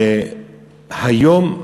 היום,